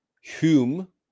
Hume